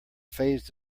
phase